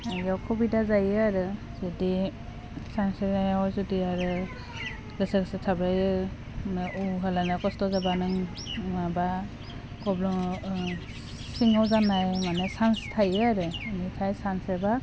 आरो अखुबिदा जायो आरो बिब्दि सानस्रिनायाव जुदि आरो गोसा गोसा थाबायो होमबा उफा लानायाव खस्थ जाबा नों माबा गब्लं ओह माबा गब्लं सिङाव जानाय मानाय सान्च थायो आरो इनिफ्राय सानस्रिबा